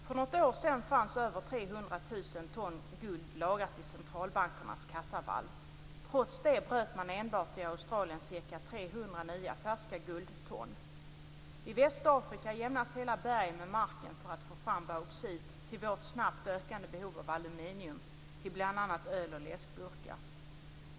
För något år sedan fanns det över 300 000 ton guld lagrat i centralbankernas kassavalv. Trots det bröt man enbart i Australien ca 300 nya färska guldton. I Västafrika jämnas hela berg med marken för att få fram bauxit till vårt snabbt ökande behov av aluminium till bl.a. öl och läskburkar.